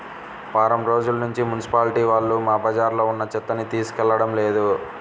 వారం రోజుల్నుంచి మున్సిపాలిటీ వాళ్ళు మా బజార్లో ఉన్న చెత్తని తీసుకెళ్లడం లేదు